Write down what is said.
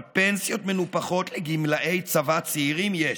אבל פנסיות מנופחות לגמלאי צבא צעירים יש.